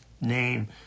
name